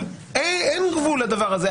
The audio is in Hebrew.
אין גבול לדבר הזה,